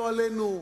לא עלינו.